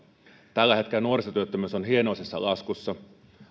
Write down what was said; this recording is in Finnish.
tällä hetkellä nuorisotyöttömyys on hienoisessa laskussa